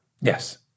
Yes